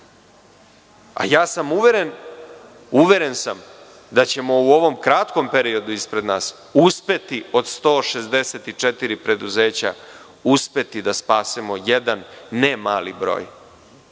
stvar. Uveren sam da ćemo u ovom kratkom periodu ispred nas uspeti od 164 preduzeća da spasimo jedan ne mali broj.